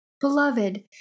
beloved